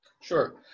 Sure